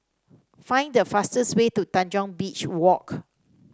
find the fastest way to Tanjong Beach Walk